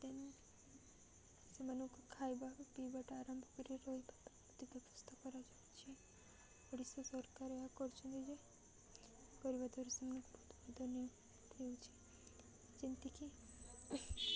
ତେଣୁ ସେମାନଙ୍କୁ ଖାଇବା ପିଇବାଠୁ ଆରମ୍ଭ କରି ରହିବା ପ୍ରତି ବ୍ୟବସ୍ଥା କରାଯାଉଛି ଓଡ଼ିଶା ସରକାର ଏହା କରୁଛନ୍ତି ଯେ କରିବା ଦ୍ୱାରା ସେମାନେ ବହୁତ ଲାଭଦାୟକ ହେଉଛି ଯେମିତିକି